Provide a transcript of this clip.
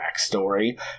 backstory